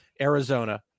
Arizona